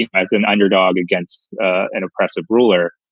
as an underdog against an oppressive ruler.